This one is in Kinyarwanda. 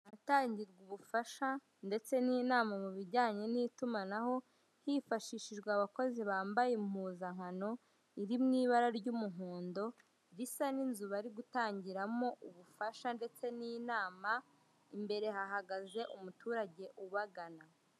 Ahatangirwa ubufasha ndetse n'inama mubijyanye n'itumanaho hifashiishijwe abakozi bambaye impuzankano iri mu ibara ry'umuhondo risa n'inzu bari gutangiramo ubufasha ndetse n'inama imbere hahagze umuturage ubagana.